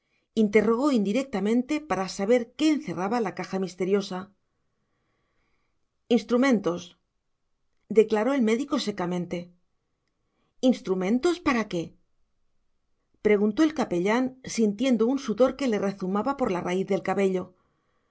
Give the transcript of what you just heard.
interrogó indirectamente para saber qué encerraba la caja misteriosa instrumentos declaró el médico secamente instrumentos para qué preguntó el capellán sintiendo un sudor que le rezumaba por la raíz del cabello